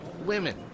women